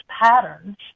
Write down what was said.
patterns